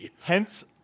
Hence